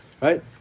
Right